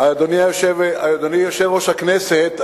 אדוני יושב-ראש הכנסת,